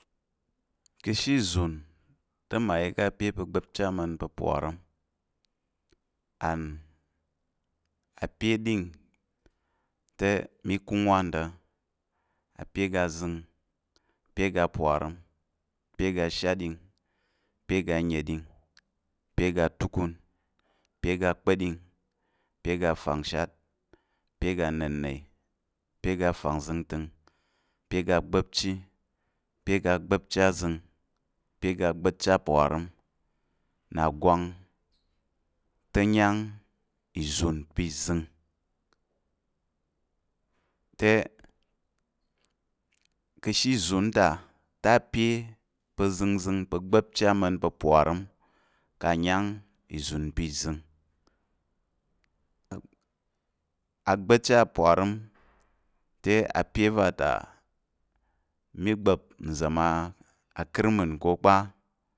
Ka̱ ashe ìzun te mmayi ká̱ ape pa̱ gba̱pchi ama̱n pa̱ mparəm and ape va̱ te mi kung wan ta̱ ape aga zəng, ape aga mparəm, ape aga shatɗing, pe ga nna̱ɗing, pe ga tukun, pe ga kpa̱ɗing, pe ga fangshat, pe ga nna̱ne, pe ga fangzəntəng, pe ga gba̱pchi, pe ga gba̱pchi azəng, pe ga gba̱pchi aparəm, nna gwang te yang ìzun pa̱ zəng, te ka̱ ashe ìzun ta, te ape pa̱ zəng zəng pa̱ gba̱pchi ama̱n pa̱ parəm kang a yang ìzun pa̱ ìzəng, agba̱pchi aparəm te ape va ta mi gba̱p nza̱m akrimin ká̱ kpa.